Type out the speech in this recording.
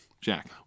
Jack